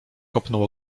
kopnął